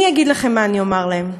אני אגיד לכם מה אני אומר להם.